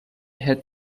had